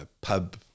pub